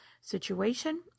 situation